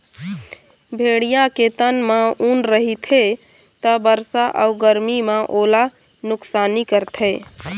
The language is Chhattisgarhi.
भेड़िया के तन म ऊन रहिथे त बरसा अउ गरमी म ओला नुकसानी करथे